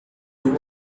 two